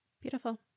Beautiful